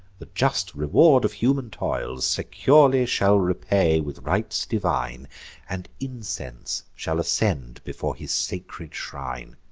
the just reward of human toils, securely shall repay with rites divine and incense shall ascend before his sacred shrine.